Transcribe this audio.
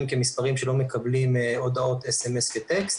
כמספרים שלא מקבלים הודעות סמס כטקסט,